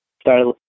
started